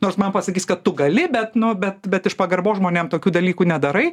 nors man pasakys kad tu gali bet nu bet bet iš pagarbos žmonėm tokių dalykų nedarai